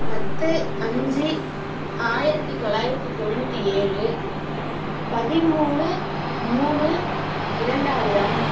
பத்து அஞ்சு ஆயிரத்தி தொள்ளாயிரத்தி தொண்ணூற்றி ஏழு பதிமூணு மூணு இரண்டாயிரம்